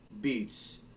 beats